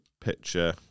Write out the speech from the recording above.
Picture